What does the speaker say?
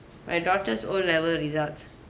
my daughter's o-level results